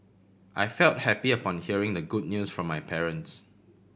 I felt happy upon hearing the good news from my parents